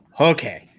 Okay